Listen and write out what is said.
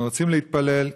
אנחנו רוצים להתפלל,